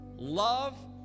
Love